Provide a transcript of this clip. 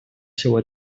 seua